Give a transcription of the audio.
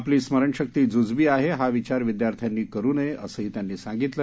आपली स्मरणशक्ती जुजबी आहे हा विचार विद्यार्थ्यांनी करु नये असंही त्यांनी सांगितलं